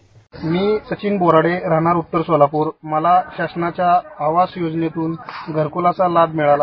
sound bite मी सचिन बरोडे राहणार उत्तर सोलापूर मला शासनाच्या आवास योजनेतून घरक्लाचा लाभ मिळाला